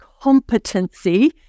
competency